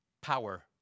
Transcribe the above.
power